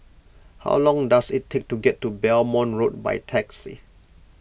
how long does it take to get to Belmont Road by taxi